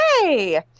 hey